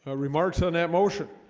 remarks on that motion